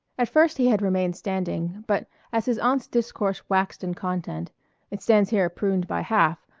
at first he had remained standing, but as his aunt's discourse waxed in content it stands here pruned by half,